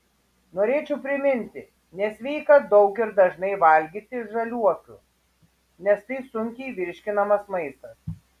norėčiau priminti nesveika daug ir dažnai valgyti žaliuokių nes tai sunkiai virškinamas maistas